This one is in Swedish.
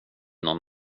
någon